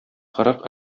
кырык